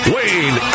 Wayne